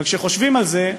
אבל כשחושבים על זה,